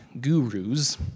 gurus